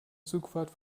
zugfahrt